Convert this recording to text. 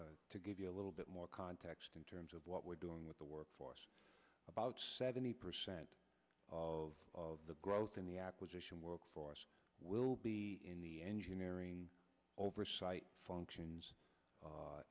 minute to give you a little bit more context in terms of what we're doing with the workforce about seventy percent of the growth in the acquisition workforce will be in the engineering oversight functions